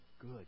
good